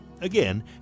Again